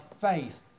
faith